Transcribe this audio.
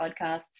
podcasts